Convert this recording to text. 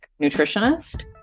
nutritionist